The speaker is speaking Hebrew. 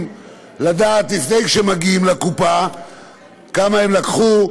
לדעת לפני שהם מגיעים לקופה כמה הם לקחו,